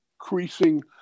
increasing